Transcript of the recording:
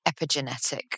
epigenetic